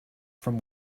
from